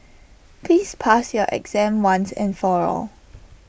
please pass your exam once and for all